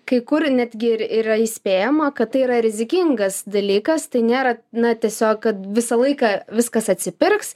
kai kur netgi ir yra įspėjama kad tai yra rizikingas dalykas tai nėra na tiesiog kad visą laiką viskas atsipirks